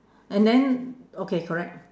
and then okay correct